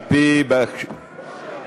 על-פי בקשת --- שמית?